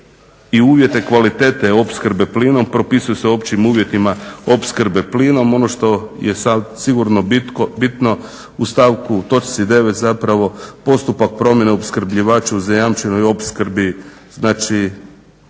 uvjete kvalitete opskrbe plinom propisuju se općim uvjetima opskrbe plinom. Ono što je sigurno bitno u točki 9.postupak promjene opskrbljivaču zajamčenoj je opskrbi znači